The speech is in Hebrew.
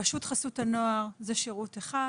רשות חסות הנוער זה שירות אחד.